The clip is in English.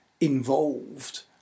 involved